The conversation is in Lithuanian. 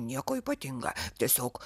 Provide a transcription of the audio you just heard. nieko ypatinga tiesiog